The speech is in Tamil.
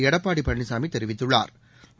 எடப்பாடி பழனிசாமி தெரிவித்துள்ளாா்